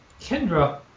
Kendra